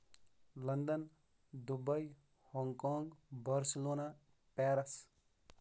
London Dubai Hong Kong Barcelona Paris